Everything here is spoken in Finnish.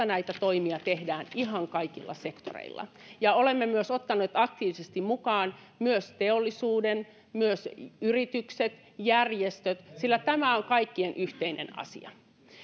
näitä toimia tehdään ihan kaikilla sektoreilla ja olemme ottaneet aktiivisesti mukaan myös teollisuuden myös yritykset järjestöt sillä tämä on kaikkien yhteinen asia